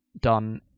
done